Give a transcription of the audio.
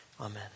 Amen